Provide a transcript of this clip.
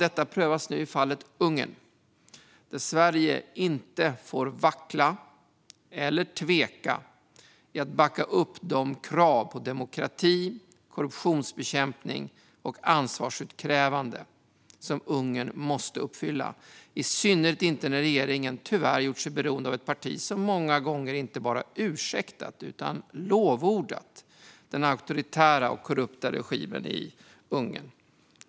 Detta prövas nu i fallet Ungern, där Sverige inte får vackla eller tveka i att backa upp de krav på demokrati, korruptionsbekämpning och ansvarsutkrävande som Ungern måste uppfylla - i synnerhet inte när regeringen tyvärr gjort sig beroende av ett parti som många gånger inte bara ursäktat utan också lovordat den auktoritära och korrupta regimen i Ungern.